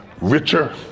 richer